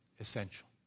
essential